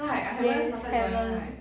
yes haven't